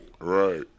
Right